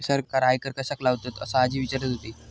सरकार आयकर कश्याक लावतता? असा आजी विचारत होती